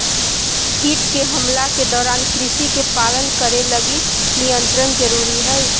कीट के हमला के दौरान कृषि के पालन करे लगी नियंत्रण जरुरी हइ